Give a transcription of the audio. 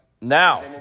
Now